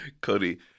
Cody